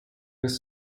was